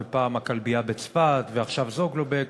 פעם הכלבייה בצפת ועכשיו "זוגלובק",